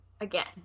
again